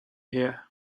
here